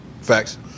Facts